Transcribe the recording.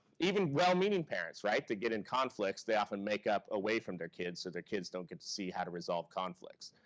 even well-meaning parents, right? to get in conflicts, they often make up away from their kids so their kids don't get to see how to resolve conflicts.